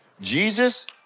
Jesus